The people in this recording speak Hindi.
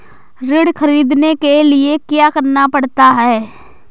ऋण ख़रीदने के लिए क्या करना पड़ता है?